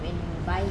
when you buy it